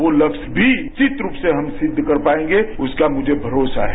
वो लस्य भी निश्चित रूप से हम सिद्ध कर पाएंगे उसका मुझे भरोसा है